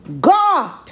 God